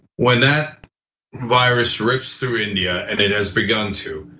when that virus rips through india and it has begun to,